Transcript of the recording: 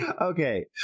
Okay